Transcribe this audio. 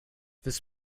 this